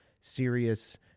serious